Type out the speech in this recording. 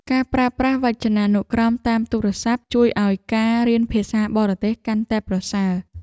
ការប្រើប្រាស់វចនានុក្រមតាមទូរស័ព្ទ ជួយឱ្យការរៀនភាសាបរទេសកាន់តែប្រសើរ។